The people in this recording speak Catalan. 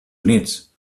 units